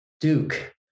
Duke